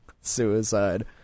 suicide